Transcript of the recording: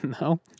No